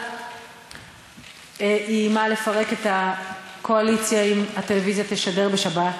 המפד"ל איימה לפרק את הקואליציה אם הטלוויזיה תשדר בשבת,